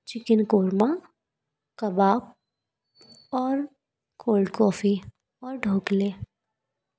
chicken korma कबाब और cold coffee और ढोकले